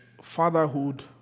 Fatherhood